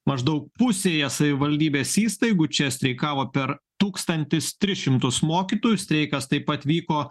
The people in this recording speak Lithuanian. maždaug pusėje savivaldybės įstaigų čia streikavo per tūkstantis tris šimtus mokytojų streikas taip pat vyko